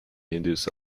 hindus